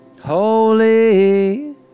holy